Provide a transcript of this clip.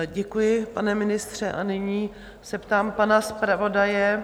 Děkuji, pane ministře, a nyní se ptám pana zpravodaje?